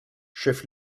chef